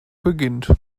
beginnt